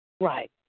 Right